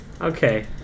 Okay